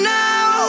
now